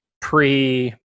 pre